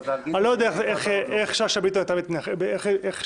אם היינו קוראים לה להצביע אחרי ההכרזה על גדעון --- אני